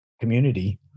community